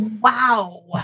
Wow